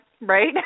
right